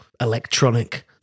electronic